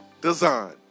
design